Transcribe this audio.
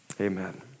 Amen